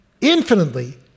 infinitely